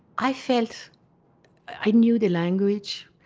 i felt i knew the language,